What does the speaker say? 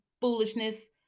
foolishness